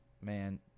man